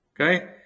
Okay